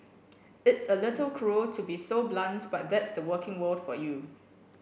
it's a little cruel to be so blunt but that's the working world for you